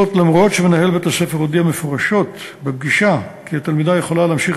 זאת אף שמנהל בית-הספר הודיע מפורשות בפגישה כי התלמידה יכולה להמשיך